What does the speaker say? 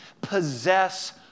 possess